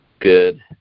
good